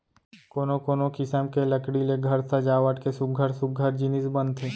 कोनो कोनो किसम के लकड़ी ले घर सजावट के सुग्घर सुग्घर जिनिस बनथे